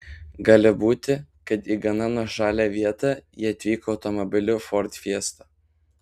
gali būti kad į gana nuošalią vietą jie atvyko automobiliu ford fiesta